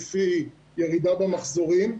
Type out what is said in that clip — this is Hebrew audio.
לפי ירידה במחזורים,